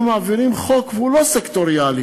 כשאנחנו מעבירים חוק והוא לא סקטוריאלי,